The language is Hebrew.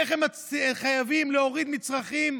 איך הם חייבים להוריד מצרכים,